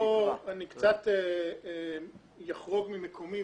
פה אני קצת אחרוג ממקומי,